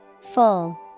Full